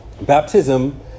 baptism